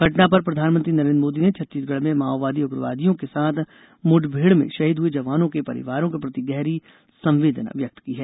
घटना पर प्रधानमंत्री नरेन्द्र मोदी ने छत्तीसगढ़ में माओवादी उग्रवादियों के साथ मुठभेड़ में शहीद हुए जवानों के परिवारों के प्रति गहरी संवेदना व्यक्त की हैं